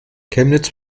chemnitz